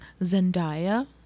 Zendaya